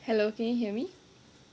hello can you hear me